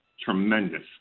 tremendous